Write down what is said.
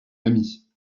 ami